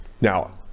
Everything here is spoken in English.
Now